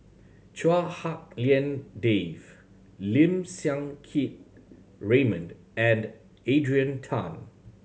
Chua Hak Lien Dave Lim Siang Keat Raymond and Adrian Tan